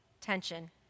tension